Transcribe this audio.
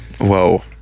Whoa